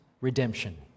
redemption